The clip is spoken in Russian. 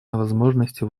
возможности